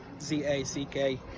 z-a-c-k